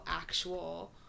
actual